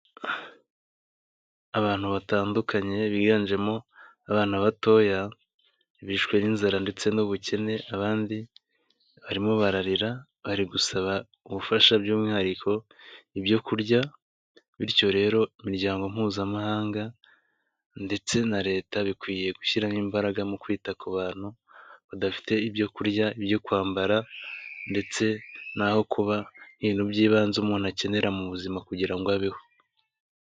Abantu batandukanye biganjemo abana batoya bishwe n'inzara ndetse n'ubukene, abandi barimo bararira bari gusaba ubufasha by'umwihariko ibyo kurya. Bityo rero imiryango mpuzamahanga, ndetse na Leta bikwiye gushyiramo imbaraga mu kwita ku bantu badafite ibyo kurya, ibyo kwambara, ndetse n'aho kuba n'ibintu by'ibanze umuntu akenera mu buzima kugira ngo abeho.